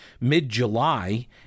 mid-July